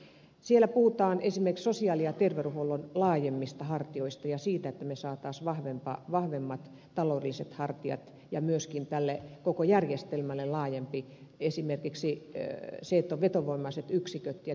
siellä puhutaan esimerkiksi sosiaali ja terveydenhuollon laajemmista hartioista ja siitä että me saisimme vahvemmat taloudelliset hartiat myöskin tälle koko järjestelmälle laajemmin esimerkiksi vetovoimaiset yksiköt ja niin edelleen